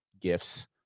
gifts